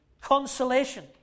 consolation